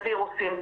לווירוסים.